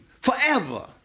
forever